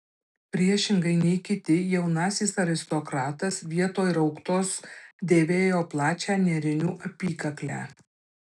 priešingai nei kiti jaunasis aristokratas vietoj rauktos dėvėjo plačią nėrinių apykaklę